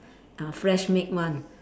uh fresh made one